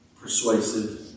persuasive